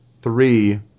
Three